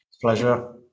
Pleasure